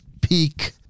peak